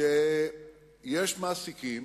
שיש מעסיקים